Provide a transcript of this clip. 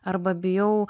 arba bijau